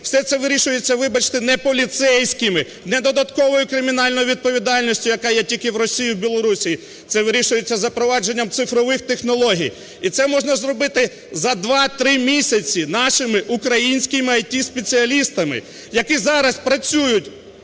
все це вирішується, вибачте, не поліцейськими, не додатковою кримінальною відповідальністю, яка є тільки в Росії, в Білорусії, це вирішується запровадженням цифрових технологій. І це можна зробити за два-три місяці нашими українськими IT-спеціалістами, які зараз працюють